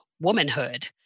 womanhood